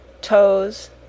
toes